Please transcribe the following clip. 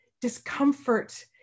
Discomfort